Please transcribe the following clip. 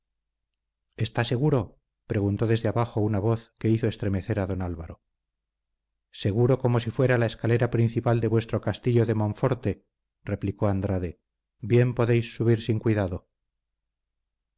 está seguro preguntó desde abajo una voz que hizo estremecer a don álvaro seguro como si fuera la escalera principal de vuestro castillo de monforte replicó andrade bien podéis subir sin cuidado